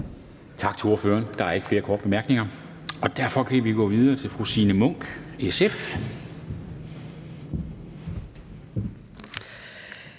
Tak til ordføreren. Der er ikke flere korte bemærkninger. Derfor kan vi gå videre til fru Signe Munk, SF.